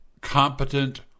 competent